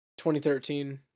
2013